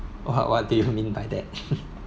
what what did you mean by that